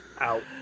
Out